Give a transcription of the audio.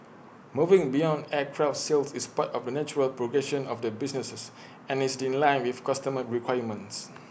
moving beyond aircraft sales is part of the natural progression of the businesses and is in line with customer requirements